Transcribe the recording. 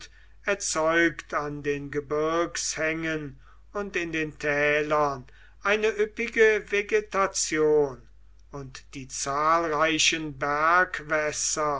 erzeugt an den gebirgshängen und in den tälern eine üppige vegetation und die zahlreichen